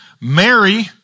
Mary